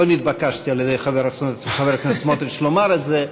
לא נתבקשתי על-ידי חבר הכנסת סמוטריץ לומר את זה,